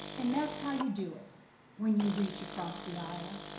and that's how you do it when you reach across the aisle.